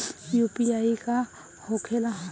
UPI का होखेला?